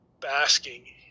basking